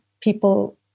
people